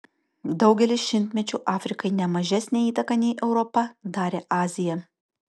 daugelį šimtmečių afrikai ne mažesnę įtaką nei europa darė azija